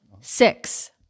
Six